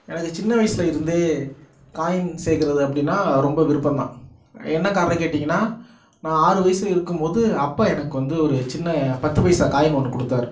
எனக்கு சின்ன வயசில் இருந்தே காயின் சேர்க்கறது அப்படின்னா ரொம்ப விருப்பம்தான் என்ன காரணம் கேட்டிங்கன்னா நான் ஆறு வயசில் இருக்கும் போது அப்பா எனக்கு வந்து ஒரு சின்ன பத்து பைசா காயின் ஒன்று கொடுத்தாரு